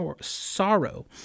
sorrow